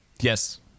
Yes